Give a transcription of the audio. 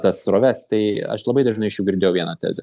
tas sroves tai aš labai dažnai iš jų girdėjau vieną tezę